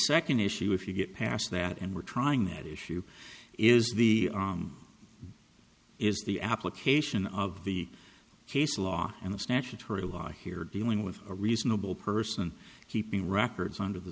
second issue if you get past that and we're trying that issue is the is the application of the case law and the statutory law here dealing with a reasonable person keeping records under the